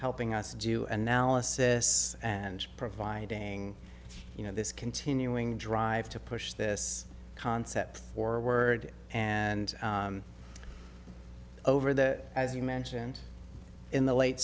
helping us do an analysis and providing you know this continuing drive to push this concept forward and over that as you mentioned in the late